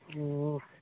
ᱚᱻ